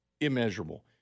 immeasurable